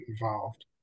involved